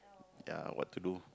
ya what to do